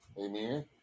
Amen